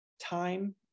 time